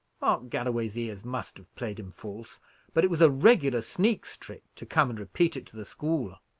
galloway's ears must have played him false but it was a regular sneak's trick to come and repeat it to the school.